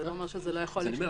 זה לא אומר שזה לא יכול להשתנות.